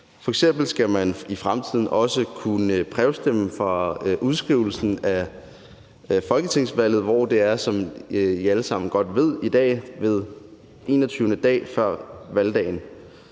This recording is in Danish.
skal man i fremtiden også kunne brevstemme fra udskrivelsen af folketingsvalget, hvor det i dag, som I alle sammen godt ved, er fra den 21. dag før valgdagen.